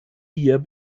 hier